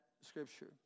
scripture